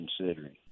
considering